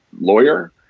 lawyer